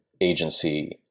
agency